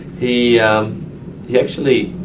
he he actually,